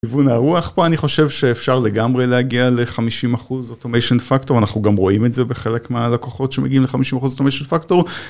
כיוון הרוח פה, אני חושב שאפשר לגמרי להגיע ל-50% אוטומיישן פקטור, אנחנו גם רואים את זה בחלק מהלקוחות שמגיעים ל-50% אוטומיישן פקטור.